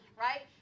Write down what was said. right